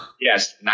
Yes